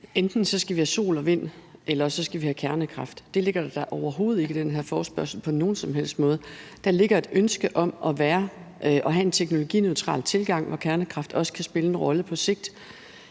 enten skal have sol- og vindenergi, eller også skal vi have kernekraft. Det ligger der da overhovedet ikke i den her forespørgsel, ikke på nogen som helst måde. Der ligger et ønske om at have en teknologineutral tilgang, hvor kernekraft også kan spille en rolle på sigt.